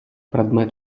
предмет